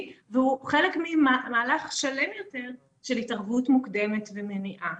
והוא חלק ממהלך שם יותר של התערבות מוקדמת ומניעה.